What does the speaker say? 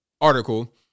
article